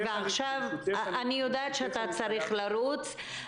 אני חייב --- אני יודעת שאתה צריך לרוץ.